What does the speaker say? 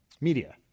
media